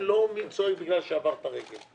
ולא מי צועק בגלל שהוא שבר את הרגל.